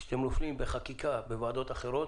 ואומר שכאשר אתם נופלים בחקיקה בוועדות אחרות